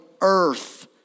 earth